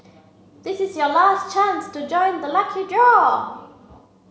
this is your last chance to join the lucky draw